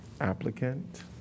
applicant